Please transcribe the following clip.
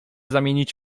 zamienić